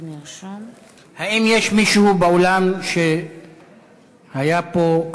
האם יש מישהו באולם שהיה פה,